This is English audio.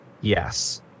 Yes